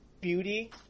beauty